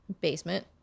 basement